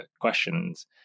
questions